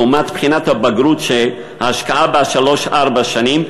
לעומת בחינת הבגרות שההשקעה בה שלוש-ארבע שנים,